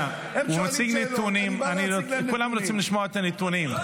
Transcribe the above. הם שואלים שאלות, אני בא להציג להם נתונים.